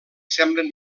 semblen